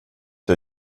jag